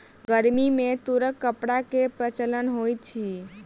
गर्मी में तूरक कपड़ा के प्रचलन होइत अछि